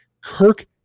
Kirk